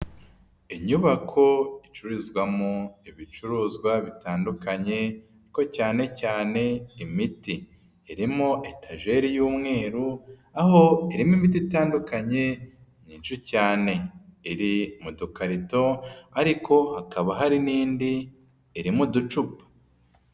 Inyubako icururizwamo ibicuruzwa bitandukanye ariko cyane cyane imiti, irimo etajeri y'umweru aho irimo imiti itandukanye myinshi cyane, iri mudukarito ariko hakaba hari n'indi iri mu uducupa.